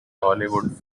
hollywood